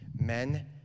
men